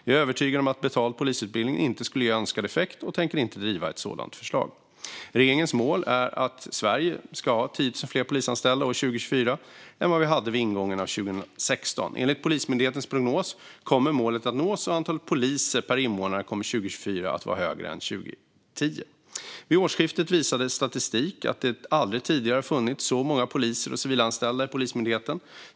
Jag är övertygad om att betald polisutbildning inte skulle ge önskad effekt och tänker inte driva ett sådant förslag. Regeringens mål är att Sverige ska ha 10 000 fler polisanställda år 2024 än vad vi hade vid ingången av 2016. Enligt Polismyndighetens prognos kommer målet att nås, och antalet poliser per invånare kommer 2024 att vara högre än 2010. Vid årsskiftet visade statistik att det aldrig tidigare har funnits så många poliser och civilanställda i Polismyndigheten.